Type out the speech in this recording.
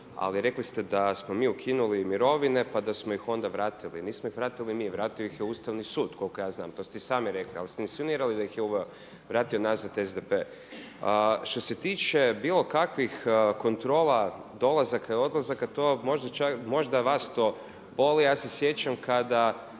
Ali rekli ste da smo mi ukinuli mirovine, pa da smo ih onda vratili. Nismo ih vratili mi, vratio ih je Ustavni sud koliko ja znam. To ste i sami rekli. Ali ste insinuirali da ih je vratio nazad SDP. A što se tiče bilo kakvih kontrola dolazaka i odlazaka možda vas to boli. Ja se sjećam kada